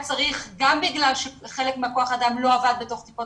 גם בגלל שחלק מכוח האדם לא עבד בתוך טיפות